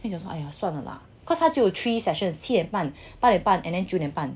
所以讲 !aiya! 算了 lah cause 他只有 three session 七点半八点半 and then 九点半